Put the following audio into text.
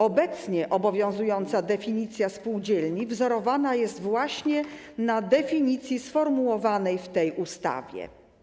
Obecnie obowiązująca definicja spółdzielni wzorowana jest właśnie na definicji sformułowanej w tej ustawie.